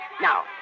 Now